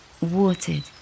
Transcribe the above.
watered